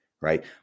right